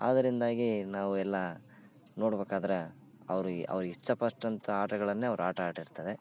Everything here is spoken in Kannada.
ಅದ್ರಿಂದಾಗಿ ನಾವೆಲ್ಲ ನೋಡ್ಬೇಕಾದ್ರೆ ಅವ್ರಿಗೆ ಅವ್ರಿಗೆ ಇಚ್ಛೆ ಪಟ್ಟಂಥ ಆಟಗಳನ್ನೇ ಅವ್ರು ಆಟ ಆಡಿರ್ತಾರೆ